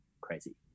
crazy